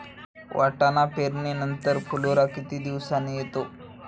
वाटाणा पेरणी नंतर फुलोरा किती दिवसांनी येतो?